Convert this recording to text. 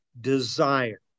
desire